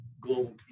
global